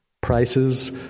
prices